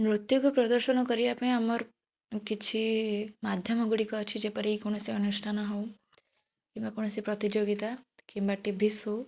ନୃତ୍ୟ କୁ ପ୍ରଦର୍ଶନ କରିବାପାଇଁ ଆମର କିଛି ମାଧ୍ୟମ ଗୁଡ଼ିକ ଅଛି ଯେପରିକି କୌଣସି ଅନୁଷ୍ଠାନ ହେଉ କିମ୍ବା କୌଣସି ପ୍ରତିଯୋଗିତା କିମ୍ବା ଟି ଭି ଶୋ